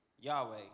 Yahweh